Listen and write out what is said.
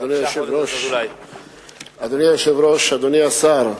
אדוני היושב-ראש, אדוני השר,